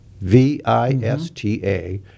V-I-S-T-A